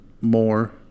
more